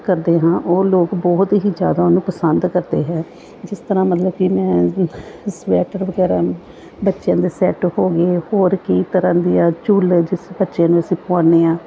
ਕਰਦੇ ਹਾਂ ਉਹ ਲੋਕ ਬਹੁਤ ਹੀ ਜ਼ਿਆਦਾ ਉਹਨੂੰ ਪਸੰਦ ਕਰਦੇ ਹੈ ਜਿਸ ਤਰ੍ਹਾਂ ਮਤਲਬ ਕਿ ਮੈਂ ਸਵੈਟਰ ਵਗੈਰਾ ਬੱਚਿਆਂ ਦੇ ਸੈਟ ਹੋ ਗਏ ਹੋਰ ਕਈ ਤਰ੍ਹਾਂ ਦੀਆਂ ਝੂਲੇ ਜਿਸ ਬੱਚੇ ਨੂੰ ਅਸੀਂ ਪਾਉਂਦੇ ਹਾਂ